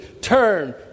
Turn